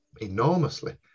enormously